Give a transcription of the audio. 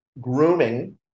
grooming